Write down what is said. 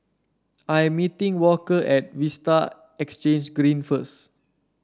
I'm meeting Walker at Vista Exhange Green first